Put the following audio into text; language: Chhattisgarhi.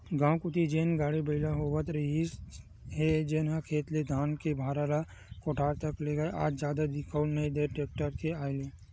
गाँव कोती जेन गाड़ा बइला होवत रिहिस हे जेनहा खेत ले धान के भारा ल कोठार तक लेगय आज जादा दिखउल नइ देय टेक्टर के आय ले